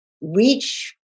reach